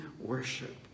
worship